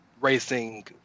racing